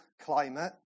climate